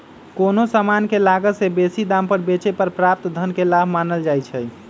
कोनो समान के लागत से बेशी दाम पर बेचे पर प्राप्त धन के लाभ मानल जाइ छइ